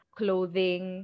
clothing